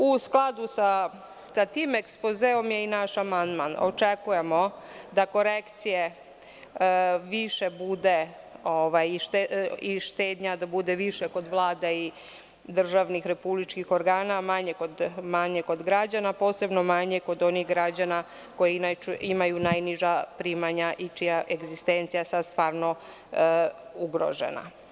U skladu sa tim ekspozeom mi naš amandman očekujemo da korekcije i štednja da bude kod Vlade i državnih republičkih organa, manje kod građana, a manje posebno kod onih građana koji inače imaju najniža primanja i čija egzistencija jeste ugrožena.